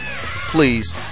Please